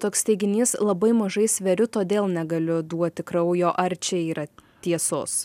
toks teiginys labai mažai sveriu todėl negaliu duoti kraujo ar čia yra tiesos